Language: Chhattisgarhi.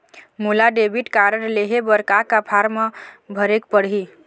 मोला डेबिट कारड लेहे बर का का फार्म भरेक पड़ही?